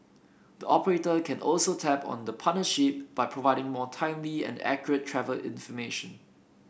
the operator can also tap on the partnership by providing more timely and accurate travel information